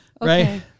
Right